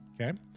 Okay